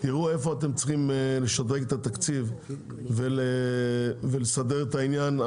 ותראו איפה אתם צריכים לשדרג את התקציב ולסדר את העניין.